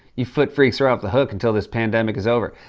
you foot freaks are off the hook until this pandemic is over.